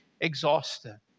exhausted